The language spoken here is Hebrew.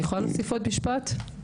בבקשה.